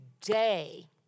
today